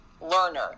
learner